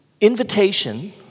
Invitation